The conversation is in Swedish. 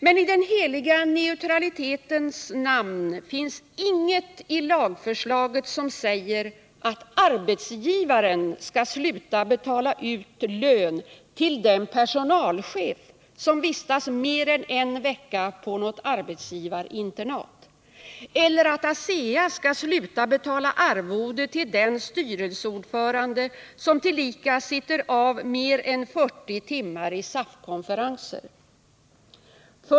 Men i den heliga neutralitetens namn finns inget i lagförslaget som säger att arbetsgivaren skall sluta betala ut lön till den personalchef som vistas mer än en vecka på något arbetsgivarinternat! Eller att ASEA skall sluta betala arvode till den styrelseordförande som tillika sitter av mer än 40 timmar i SAF-konferenser!